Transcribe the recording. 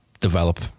develop